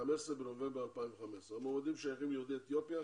מ-15 בנובמבר 2015. המועמדים שייכים ליהודי אתיופיה,